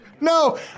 No